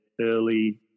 early